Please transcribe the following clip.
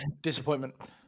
Disappointment